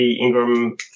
Ingram